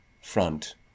front